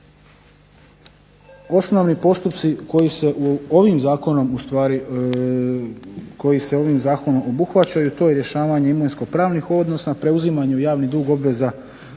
zakonom ustvari, koji se ovim zakonom obuhvaćaju, to je rješavanje imovinsko-pravnih odnosa, preuzimanju javni dug obveza